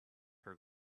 her